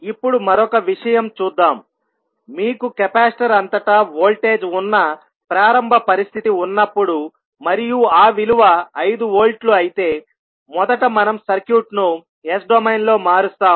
ఇప్పుడు మరొక విషయం చూద్దాంమీకు కెపాసిటర్ అంతటా వోల్టేజ్ ఉన్న ప్రారంభ పరిస్థితి ఉన్నప్పుడు మరియు ఆ విలువ 5 వోల్ట్ లు అయితే మొదట మనం సర్క్యూట్ను S డొమైన్ లో మారుస్తాము